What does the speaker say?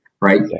right